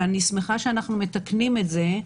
ואני שמחה שאנחנו מתקנים את זה.